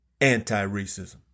anti-racism